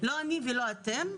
לא אני ולא אתם,